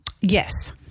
Yes